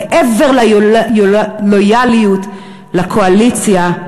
מעבר ללויאליות לקואליציה,